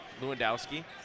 Lewandowski